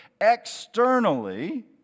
externally